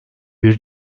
bir